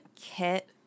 Kit